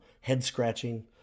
head-scratching